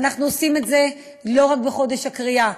אנחנו עושים את זה לא רק בחודש הקריאה.